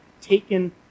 taken